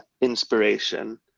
inspiration